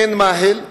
מעין-מאהל,